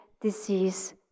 disease